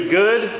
good